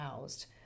housed